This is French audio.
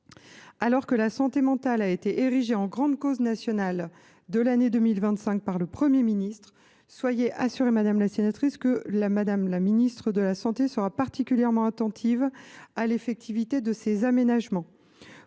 Alors que la santé mentale a été érigée en grande cause nationale de l’année 2025 par le Premier ministre, soyez assurée que Mme la ministre de la santé sera particulièrement attentive à l’effectivité de ces aménagements.